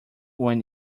when